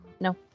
No